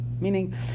Meaning